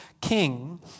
King